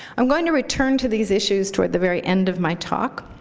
i'm going to return to these issues toward the very end of my talk,